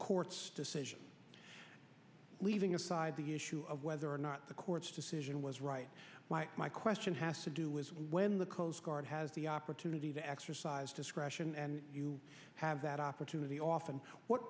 court's decision leaving aside the issue of whether or not the court's decision was right my question has to do is when the coast guard has the opportunity to exercise discretion and you have that opportunity off and what